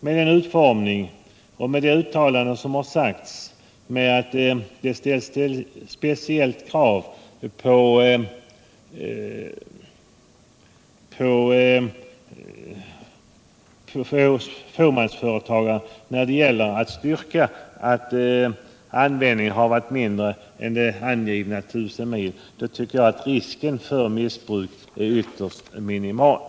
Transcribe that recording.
Med den utformning som reglerna nu fått 17 december 1977 och med det uttalande som har gjorts — att det ställs ett speciellt krav på fåmansföretagaren när det gäller att styrka att användningen har varit — De mindre och mindre än 1 000 mil — anser jag att risken för missbruk är ytterst minimal.